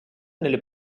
nelle